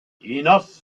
enough